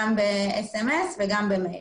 גם ב-SMS וגם במייל.